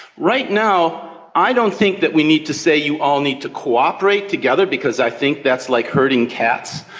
right now i don't think that we need to say you all need to cooperate together because i think that's like herding cats.